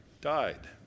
died